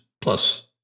plus